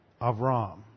Avram